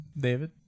David